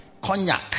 cognac